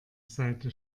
seite